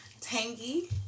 tangy